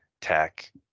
tech